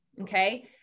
Okay